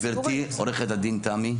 גבירתי עורכת הדין תמי,